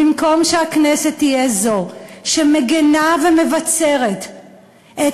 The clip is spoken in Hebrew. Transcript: במקום שהכנסת תהיה זו שמגינה ומבצרת את